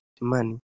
money